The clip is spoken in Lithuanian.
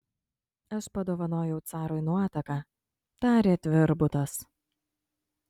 aš padovanojau carui nuotaką tarė tvirbutas